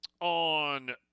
on